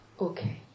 Okay